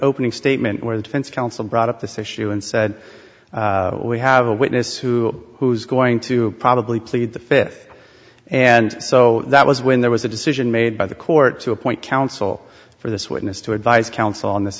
opening statement where the defense counsel brought up this issue and said we have a witness who who is going to probably plead the fifth and so that was when there was a decision made by the court to appoint counsel for this witness to advise counsel on this